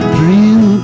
Dream